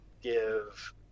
give